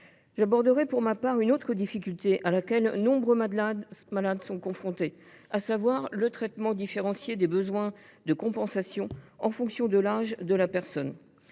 J’aborderai pour ma part une autre difficulté à laquelle de nombreux malades sont confrontés, à savoir le traitement différencié de leurs besoins de compensation en fonction de leur âge.